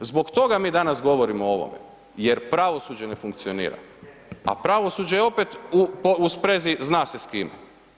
Zbog toga mi danas govorimo o tome jer pravosuđe ne funkcionira a pravosuđe je opet u sprezi zna se s kime.